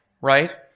right